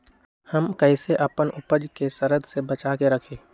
हम कईसे अपना उपज के सरद से बचा के रखी?